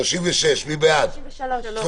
הסתייגות מס' 13. מי בעד ההסתייגות?